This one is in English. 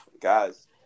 Guys